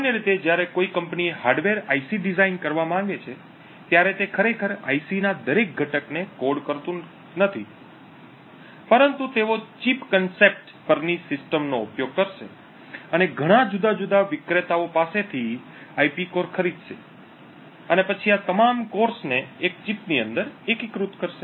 સામાન્ય રીતે જ્યારે કોઈ કંપની હાર્ડવેર આઈસી ડિઝાઇન કરવા માંગે છે ત્યારે તે ખરેખર આઈસી ના દરેક ઘટકને કોડ નથી કરતું પરંતુ તેઓ ચિપ કન્સેપ્ટ પરની સિસ્ટમનો ઉપયોગ કરશે અને ઘણા જુદા જુદા વિક્રેતાઓ પાસેથી આઈપી કોર ખરીદશે અને પછી આ તમામ કોર ને એક ચિપની અંદર એકીકૃત કરશે